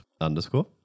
Underscore